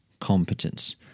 competence